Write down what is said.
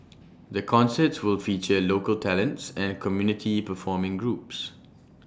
the concerts will feature local talents and community performing groups